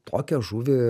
tokią žuvį